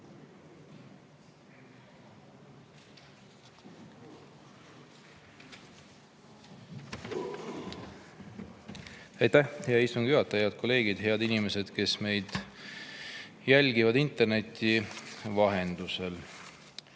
hea istungi juhataja! Head kolleegid! Head inimesed, kes meid jälgivad interneti vahendusel!